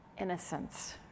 innocence